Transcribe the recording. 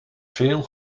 veel